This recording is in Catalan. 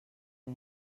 res